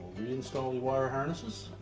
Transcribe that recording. install the wire harnesses.